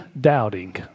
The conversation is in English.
doubting